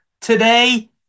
Today